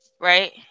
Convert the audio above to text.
Right